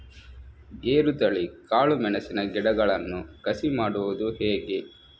ಗೇರುತಳಿ, ಕಾಳು ಮೆಣಸಿನ ಗಿಡಗಳನ್ನು ಕಸಿ ಮಾಡುವುದು ಹೇಗೆ?